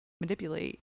manipulate